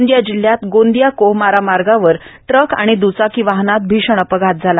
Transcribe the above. गोंदिया जिल्ह्यात गोंदिया कोहमारा मार्गावर टुक आणि द्वचाकी वाहनात भीषण अपघात झाला